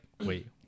wait